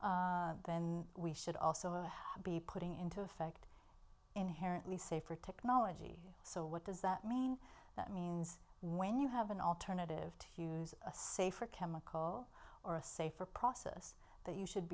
them then we should also be putting into effect inherently safer technology so what does that mean that means when you have an alternative to hughes safer chemical or a safer process that you should